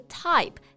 type